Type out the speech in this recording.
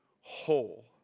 whole